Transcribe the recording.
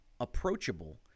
approachable